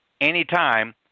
anytime